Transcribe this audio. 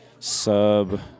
sub